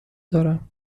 دارم